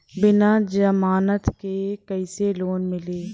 बिना जमानत क कइसे लोन मिली?